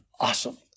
awesome